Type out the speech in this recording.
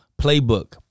playbook